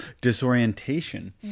disorientation